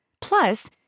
Plus